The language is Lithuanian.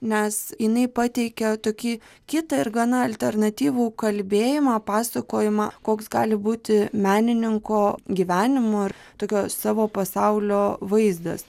nes jinai pateikia tokį kitą ir gana alternatyvų kalbėjimą pasakojimą koks gali būti menininko gyvenimo ir tokio savo pasaulio vaizdas